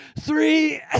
three